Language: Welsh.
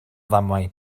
ddamwain